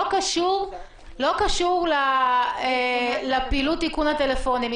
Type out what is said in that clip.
לא קשור לפעילות איכון הטלפונים.